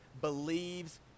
believes